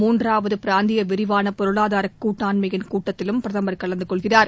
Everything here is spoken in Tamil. மூன்றாவது பிராந்திய விரிவான பொருளாதார கூட்டாண்மையின் கூட்டத்திலும் பிரதமர் கலந்து கொள்கிறார்